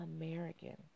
American